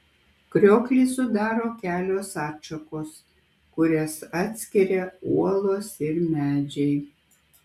krioklį sudaro kelios atšakos kurias atskiria uolos ir medžiai